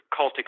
cultic